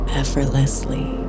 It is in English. effortlessly